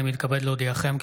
אני מתכבד להודיעכם,